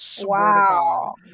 Wow